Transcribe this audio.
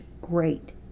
great